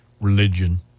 religion